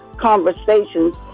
conversations